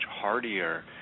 hardier